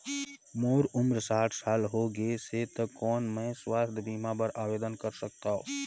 मोर उम्र साठ साल हो गे से त कौन मैं स्वास्थ बीमा बर आवेदन कर सकथव?